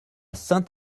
saint